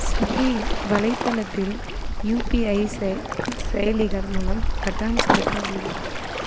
Swiggy வலைத்தளத்தில் UPI செ செயலிகள் மூலம் கட்டணம் செலுத்த முடியுமா